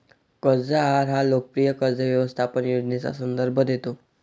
कर्ज आहार हा लोकप्रिय कर्ज व्यवस्थापन योजनेचा संदर्भ देतो